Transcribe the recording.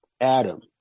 Adam